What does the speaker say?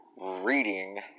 reading